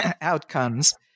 outcomes